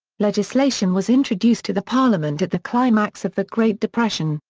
legislation was introduced to the parliament at the climax of the great depression,